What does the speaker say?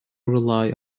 rely